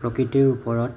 প্ৰকৃতিৰ ওপৰত